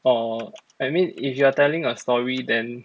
or I mean if you are telling a story then